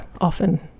often